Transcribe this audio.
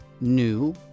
new